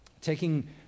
Taking